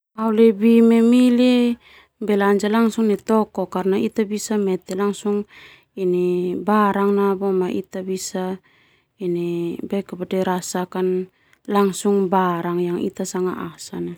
Belanja langsung nai toko ita bisa mete langsung barang na boema ita bisa bisa rasakan langsung barang na.